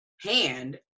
hand